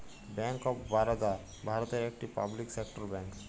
bank of Baroda ভারতের একটি public sector bank